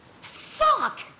Fuck